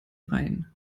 rhein